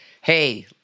Hey